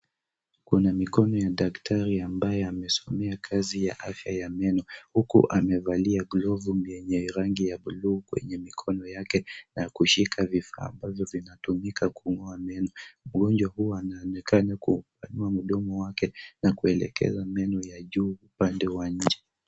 Kuna mikono ya daktari ambaye amesomea kazi ya afya ya meno huku amevalia glovu yenye rangi ya buluu kwenye mikono yake na kushika vifaa ambavyo vinatumika kung'oa meno. Mgonjwa huyo anaonekana kupanua mdomo wake na kuelekeza meno ya juu upande wa nje.